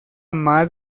más